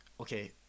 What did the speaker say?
okay